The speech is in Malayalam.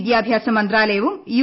വിദ്യാഭ്യാസ മന്ത്രാലയവും പ്രിയു